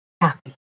happy